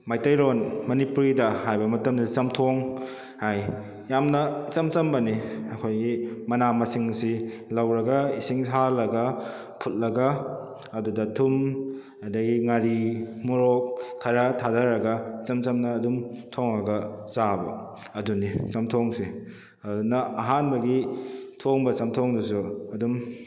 ꯃꯩꯇꯩꯔꯣꯟ ꯃꯅꯤꯄꯨꯔꯤꯗ ꯍꯥꯏꯕꯗ ꯃꯇꯝꯗ ꯆꯝꯊꯣꯡ ꯍꯥꯏ ꯌꯥꯝꯅ ꯏꯆꯝ ꯆꯝꯕꯅꯤ ꯑꯩꯈꯣꯏꯒꯤ ꯃꯅꯥ ꯃꯁꯤꯡꯁꯤ ꯂꯧꯔꯒ ꯏꯁꯤꯡ ꯁꯥꯍꯜꯂꯒ ꯐꯨꯠꯂꯒ ꯑꯗꯨꯗ ꯊꯨꯝ ꯑꯗꯨꯗꯩ ꯉꯥꯔꯤ ꯃꯣꯔꯣꯛ ꯈꯔ ꯊꯥꯗꯔꯒ ꯏꯆꯝ ꯆꯝꯅ ꯑꯗꯨꯝ ꯊꯣꯡꯉꯒ ꯆꯥꯕ ꯑꯗꯨꯅꯤ ꯆꯝꯊꯣꯡꯁꯤ ꯑꯗꯨꯅ ꯑꯍꯥꯟꯕꯒꯤ ꯊꯣꯡꯕ ꯆꯝꯊꯣꯡꯗꯨꯁꯨ ꯑꯗꯨꯝ